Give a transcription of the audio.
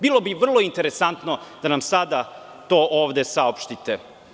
Bilo bi vrlo interesantno da nam sada to ovde saopštite.